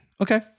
okay